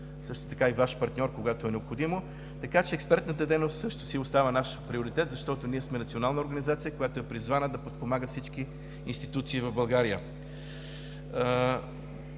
също така и Ваш партньор, когато е необходимо, така че експертната дейност също си остава наш приоритет, защото ние сме национална организация, която е призвана да подпомага всички институции в България.